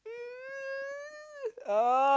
uh oh